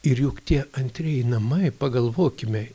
ir juk tie antrieji namai pagalvokime